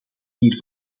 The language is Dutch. hier